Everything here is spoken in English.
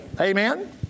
Amen